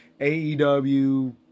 AEW